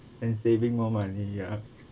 and saving more money ya